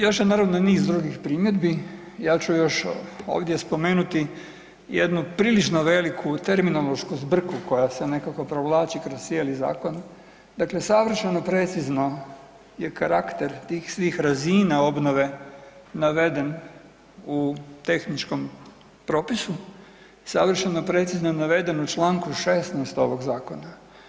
Još je naravno i niz drugi primjedbi, ja ću još ovdje spomenuti jednu prilično veliku terminološku zbrku koja se nekako provlači kroz cijeli Zakon, dakle savršeno precizno je karakter tih svih razina obnove naveden u tehničkom propisu, savršeno precizno je naveden u članku 16. ovog Zakona.